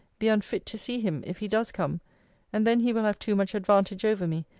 be unfit to see him, if he does come and then he will have too much advantage over me,